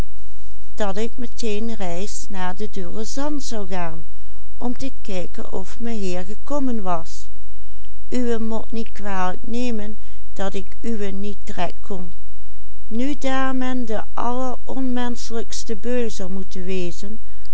zou gaan om te kijken of meheer gekommen was uwé mot niet kwalijk nemen dat ik uwé niet trekt kon nu daar men de alleronmenschelijkste beul zou moeten wezen